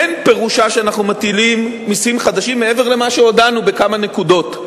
אין פירושה שאנחנו מטילים מסים חדשים מעבר למה שהודענו בכמה נקודות.